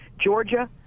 Georgia